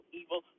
evil